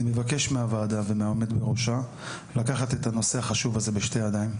אני מבקש מהוועדה והעומד בראשה לקחת את הנושא החשוב הזה בשתי ידיים.